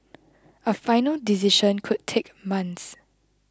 a final decision could take months